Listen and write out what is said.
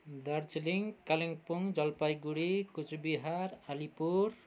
Darjeeling Kalimpong Jalpaiguri Cooch Behar Alipur